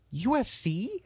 USC